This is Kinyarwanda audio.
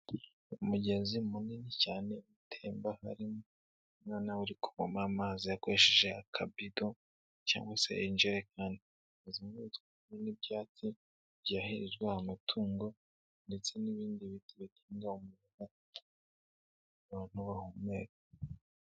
Umugezi munini cyane utemba harimo umwana uri kuvoma amazi akoresheje akabido cyangwa se injerekani wazamutswemo n'ibyatsi byahirirwa amatungo ndetse n'ibindi biti bigena umwuka abantu bahumeka.